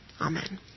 Amen